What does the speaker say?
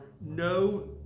no